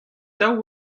daou